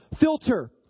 filter